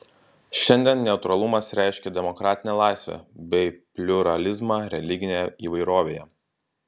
šiandien neutralumas reiškia demokratinę laisvę bei pliuralizmą religinėje įvairovėje